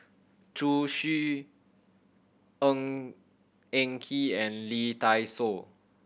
Zhu Xu Ng Eng Kee and Lee Dai Soh